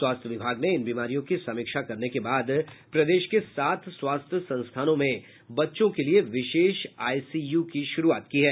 स्वास्थ्य विभाग ने इन बीमारियों की समीक्षा करने के बाद प्रदेश के सात स्वास्थ्य संस्थानों में बच्चों के लिए विशेष आइसीयू की शुरुआत की है